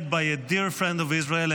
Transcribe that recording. led by a dear friend of Israel,